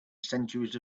centuries